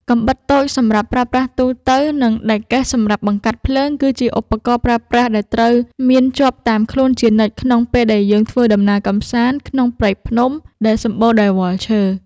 កាំបិតតូចសម្រាប់ប្រើប្រាស់ទូទៅ និង ដែកកេះសម្រាប់បង្កាត់ភ្លើងគឺជាឧបករណ៍ប្រើប្រាស់ដែលត្រូវមានជាប់តាមខ្លួនជានិច្ចក្នុងពេលដែលយើងធ្វើដំណើរកម្សាន្តក្នុងព្រៃភ្នំដែលសម្បូរដោយវល្លិឈើ។